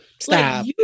Stop